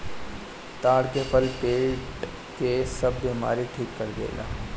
ताड़ के फल पेट के सब बेमारी ठीक कर देला